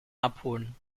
abholen